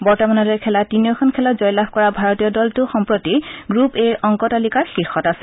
বৰ্তমানলৈ খেলা তিনিওখন খেলত জয় লাভ কৰা ভাৰতীয় দলটো সম্প্ৰতি গ্ৰুপ এৰ অংক তালিকাৰ শীৰ্ষত আছে